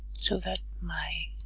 so that my